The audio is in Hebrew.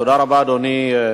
תודה רבה, אדוני.